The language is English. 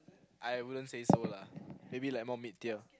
I wouldn't say so lah maybe like more mid tier